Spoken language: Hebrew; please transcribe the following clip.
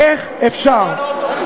איך אפשר?